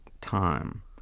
time